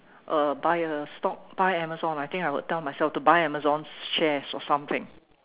uh buy a stock buy Amazon I think I would tell myself to buy Amazon shares or something